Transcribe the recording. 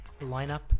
lineup